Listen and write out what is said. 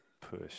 Push